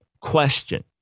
question